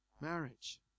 marriage